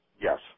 Yes